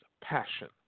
passion